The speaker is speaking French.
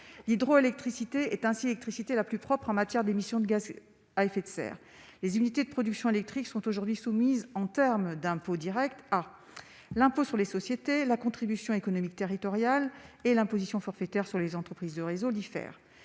l'hydroélectricité est ainsi électricité la plus propre en matière d'émissions de gaz à effet de serre, les unités de production électrique sont aujourd'hui soumises en termes d'impôts Directs à l'impôt sur les sociétés, la contribution économique territoriale et l'imposition forfaitaire sur les entreprises de réseaux, l'IFER,